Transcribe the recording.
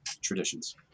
traditions